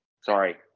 Sorry